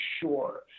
sure